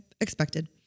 expected